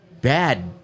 bad